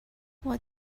what